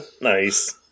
Nice